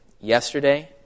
yesterday